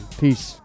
Peace